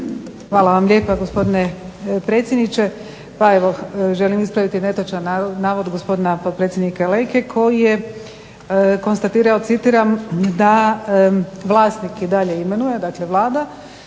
Hvala vam lijepa, gospodine predsjedniče. Pa evo, želim ispraviti netočan navod gospodina potpredsjednika Leke koji je konstatirao, citiram: da vlasnik i dalje imenuje, dakle Vlada,